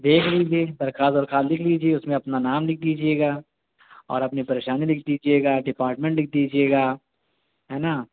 دیکھ لیجیے درخواست ورخواست لِکھ لیجیے اُس میں اپنا نام لِکھ دیجیے گا اور اپنی پریشانی لِکھ دیجیے گا ڈپارٹمنٹ لِکھ دیجیے گا ہے نا